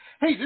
Hey